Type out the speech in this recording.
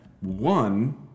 one